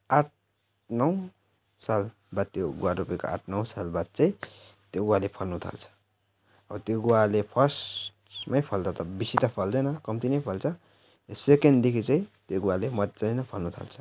आठ नौ साल बाद त्यो गुवा रोपेको आठ नौ साल बाद चाहिँ त्यो गुवाले फल्नु थाल्छ अब त्यो गुवाले फर्स्टमा फल्दा त बेसी त फल्दैन कम्ती नै फल्छ सेकेन्डदेखि चाहिँ त्यो गुवाले मजाले नै फल्नु थाल्छ